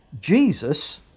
Jesus